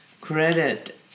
credit